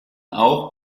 auch